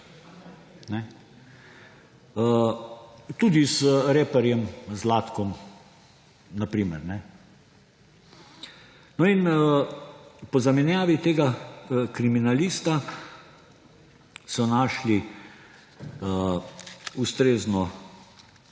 Tudi z reperjem Zlatkom, na primer. No, in po zamenjavi tega kriminalista so našli ustrezno